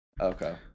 Okay